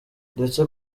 ndetse